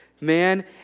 man